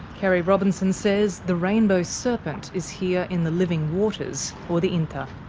kerry robinson says the rainbow serpent is here in the living waters, or the yintha.